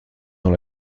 dans